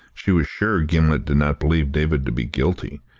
she was sure gimblet did not believe david to be guilty,